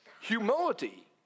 Humility